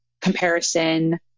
comparison